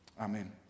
Amen